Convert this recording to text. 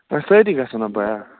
أسۍ سٲری گَژھو نا بیا